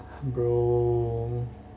bro